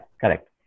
correct